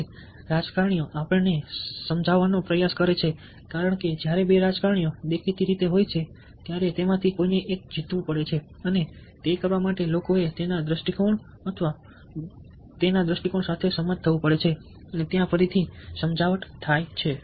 આજે રાજકારણીઓ આપણને સમજાવવાનો પ્રયાસ કરે છે કારણ કે જ્યારે બે રાજકારણીઓ દેખીતી રીતે હોય છે ત્યારે કોઈને જીતવું પડે છે અને તે કરવા માટે લોકોએ તેના દૃષ્ટિકોણ અથવા તેના દૃષ્ટિકોણ સાથે સંમત થવું પડે છે અને ત્યાં ફરીથી સમજાવટ થાય છે